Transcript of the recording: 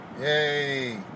yay